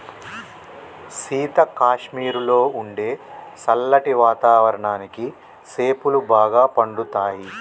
సీత కాశ్మీరులో ఉండే సల్లటి వాతావరణానికి సేపులు బాగా పండుతాయి